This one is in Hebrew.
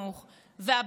והבדיחה הזו